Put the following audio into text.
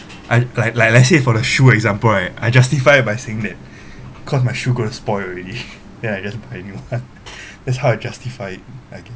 I like like let's say for the shoe example right I justify by saying that cause my shoe go and spoil already then I just buy new [one] that's how I justified it I